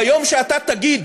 ביום שתגיד